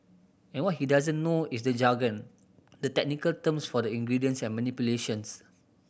and what he doesn't know is the jargon the technical terms for the ingredients and manipulations